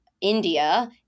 India